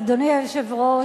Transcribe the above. אדוני היושב-ראש,